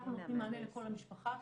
אנחנו נותנים מענה לכל המשפחה.